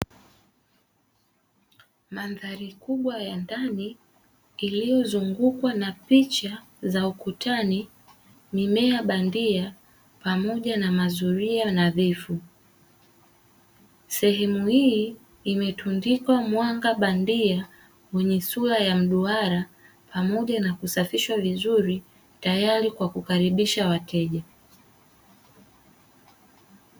Mandhari kubwa ya ndani iliyozungukwa na picha za ukutani, mimea bandia pamoja na mazulia nadhifu. Sehemu hii imetundikwa mwanga bandia wenye sura ya mduara pamoja na kusafishwa vizuri tayari kwa kukaribisha wateja.